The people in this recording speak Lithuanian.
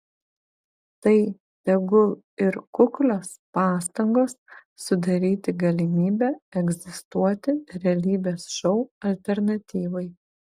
tai tegul ir kuklios pastangos sudaryti galimybę egzistuoti realybės šou alternatyvai